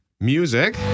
music